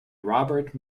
robert